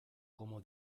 como